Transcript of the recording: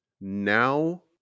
now